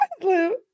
Blue